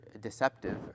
deceptive